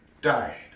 died